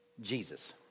Jesus